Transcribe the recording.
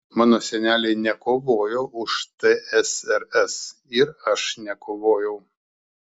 mano seneliai nekovojo už tsrs ir aš nekovojau